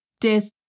death